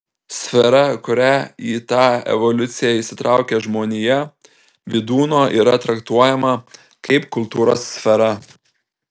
sfera kuria į tą evoliuciją įsitraukia žmonija vydūno yra traktuojama kaip kultūros sfera